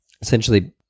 Essentially